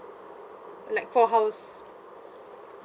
like for house